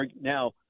Now